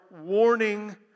warning